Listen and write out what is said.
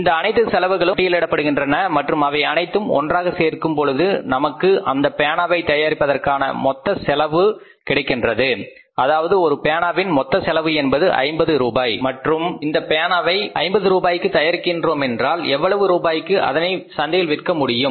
இந்த அனைத்து செலவுகளும் பட்டியலிடப்படுகின்றன மற்றும் அவை அனைத்தையும் ஒன்றாக சேர்க்கும் பொழுது நமக்கு அந்த பேனாவை தயாரிப்பதற்கான மொத்த செலவு கிடைக்கின்றது அதாவது ஒரு பேனாவின் மொத்த செலவு என்பது 50 ரூபாய் மற்றும் இந்த பேனாவை 50 ரூபாய்க்கு தயாரிக்கின்றோமென்றால் எவ்வளவு ரூபாய்க்கு அதனை சந்தையில் விற்க முடியும்